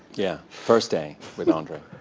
yeah. first day with andre.